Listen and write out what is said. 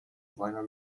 reiner